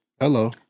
Hello